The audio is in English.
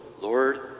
Lord